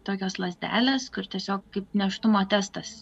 tokios lazdelės kur tiesiog kaip nėštumo testas